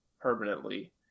permanently